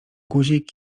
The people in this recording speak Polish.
guzik